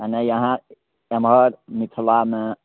एन्ने यहाँ एमहर मिथिलामे